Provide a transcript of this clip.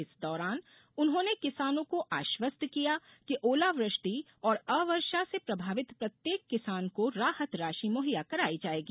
इस दौरान उन्होंने किसानों को आश्वस्त किया कि ओलावृष्टि और अवर्षा से प्रभावित प्रत्येक किसानों को राहत राशि मुहैया कराई जायेगी